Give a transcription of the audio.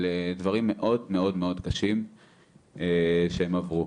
על דברים מאוד מאוד קשים שהם עברו.